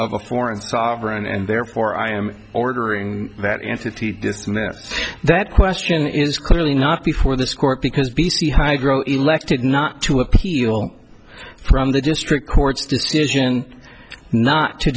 of a foreign sovereign and therefore i am ordering that entity dismiss that question is clearly not before this court because b c hydro elected not to appeal from the district court's decision not to